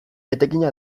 etekina